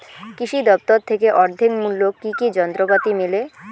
কৃষি দফতর থেকে অর্ধেক মূল্য কি কি যন্ত্রপাতি মেলে?